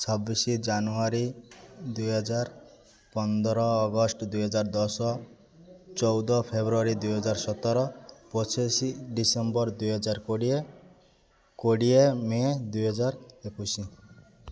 ଛବିଶି ଜାନୁଆରୀ ଦୁଇହଜାର ପନ୍ଦର ଅଗଷ୍ଟ ଦୁଇହଜାର ଦଶ ଚଉଦ ଫେବୃଆରୀ ଦୁଇହଜାର ସତର ପଚିଶି ଡିସେମ୍ବର ଦୁଇହଜାର କୋଡ଼ିଏ କୋଡ଼ିଏ ମେ ଦୁଇହଜାର ଏକୋଇଶି